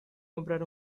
comprar